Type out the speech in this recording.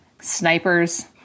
snipers